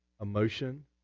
emotion